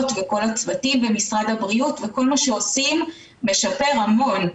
וכל הצוותים במשרד הבריאות וכל מה שעושים משפר המון,